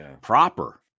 proper